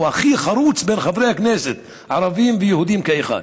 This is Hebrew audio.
הוא הכי חרוץ בין חברי הכנסת, ערבים ויהודים כאחד.